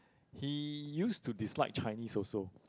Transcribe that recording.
he use to dislike Chinese also